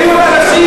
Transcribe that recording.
מיליון אנשים?